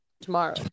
tomorrow